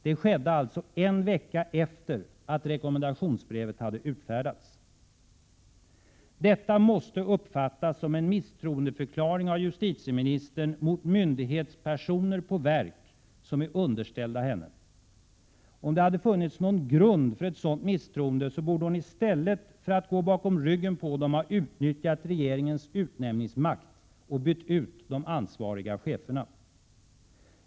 Det skedde alltså en vecka efter det att rekommendationsbrevet utfärdats. Detta måste uppfattas som en misstroendeförklaring av justitieministern mot myndighetspersoner på verk som är underställda henne. Om det hade funnits någon grund för ett sådant misstroende, borde hon i stället för att gå bakom ryggen på dem ha utnyttjat regeringens utnämningsmakt och bytt ut de ansvariga cheferna.